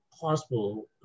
possible